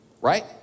Right